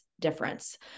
difference